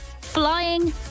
Flying